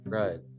right